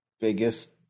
biggest